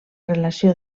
relació